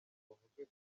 bavuge